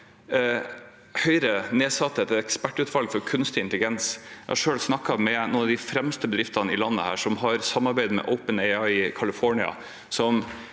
Høyre nedsatte et ekspertutvalg for kunstig intelligens. Jeg har selv snakket med noen av de fremste bedriftene i landet, som har samarbeidet med OpenAI i California,